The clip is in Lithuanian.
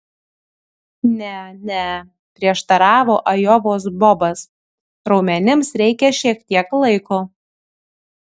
ne ne prieštaravo ajovos bobas raumenims reikia šiek tiek laiko